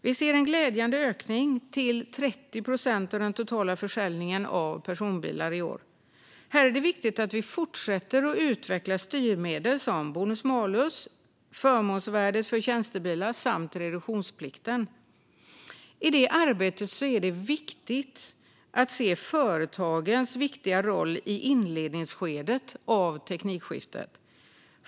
Vi ser en glädjande ökning till 30 procent av den totala försäljningen av personbilar i år. Här är det viktigt att vi fortsätter att utveckla styrmedel som bonus-malus, förmånsvärdet för tjänstebilar samt reduktionsplikten. I det arbetet är det viktigt att se företagens viktiga roll i inledningsskedet av teknikskiftet.